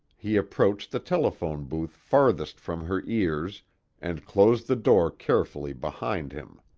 he approached the telephone booth farthest from her ears and closed the door carefully behind him.